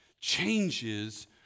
changes